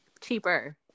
Cheaper